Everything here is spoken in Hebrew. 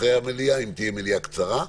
אחרי המליאה אם תהיה מליאה קצרה.